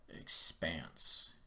expanse